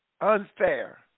unfair